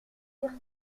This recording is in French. dire